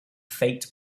faked